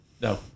No